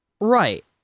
Right